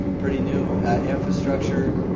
pretty new infrastructure